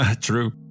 True